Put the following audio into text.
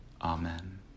Amen